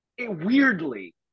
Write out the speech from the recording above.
Weirdly